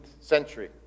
century